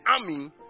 army